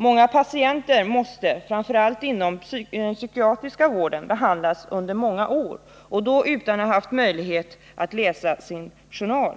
En hel del patienter måste framför allt inom den psykiatriska vården behandlas under många år och då utan att ha haft möjlighet att läsa sin journal.